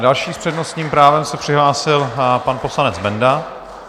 Další s přednostním právem se přihlásil pan poslanec Benda.